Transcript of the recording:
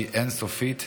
שהיא אין-סופית.